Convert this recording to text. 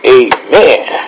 amen